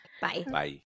Bye